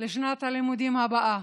לשנת הלימודים הבאה,